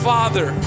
Father